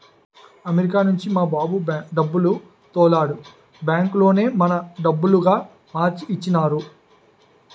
America నుంచి మా బాబు డబ్బులు తోలాడు బ్యాంకులోనే మన డబ్బులుగా మార్చి ఇచ్చినారు